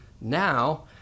now